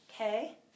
okay